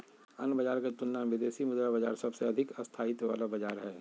अन्य बाजार के तुलना मे विदेशी मुद्रा बाजार सबसे अधिक स्थायित्व वाला बाजार हय